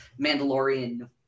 Mandalorian